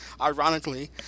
ironically